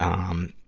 um,